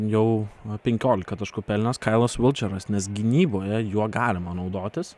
jau penkiolika taškų pelnęs kailas vilčeras nes gynyboje juo galima naudotis